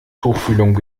tuchfühlung